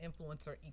influencer